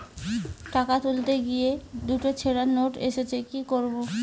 টাকা তুলতে গিয়ে দুটো ছেড়া নোট এসেছে কি করবো?